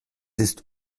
ist